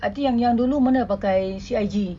I think yang yang dulu mana pakai C_I_G